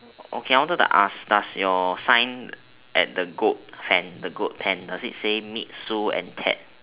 okay I wanted to ask does your sign at the goat pen goat pen does it say meet sue and ted